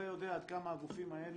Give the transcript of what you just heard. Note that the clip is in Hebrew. אתה יודע עד כמה הגופים האלה,